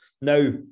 Now